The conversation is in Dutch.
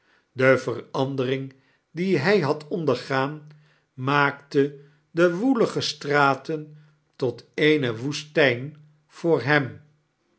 de verandering die hij had ondergaan maakte de woelige straten tot eene woestijn voor hem